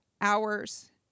hours